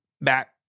back